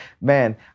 man